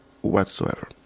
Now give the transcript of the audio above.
Whatsoever